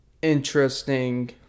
interesting